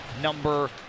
number